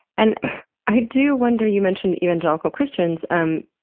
and i do wonder, you mentioned evangelical christians. um